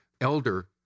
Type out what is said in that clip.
Elder